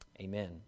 Amen